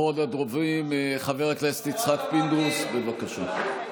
אחרון הדוברים, חבר הכנסת יצחק פינדרוס, בבקשה.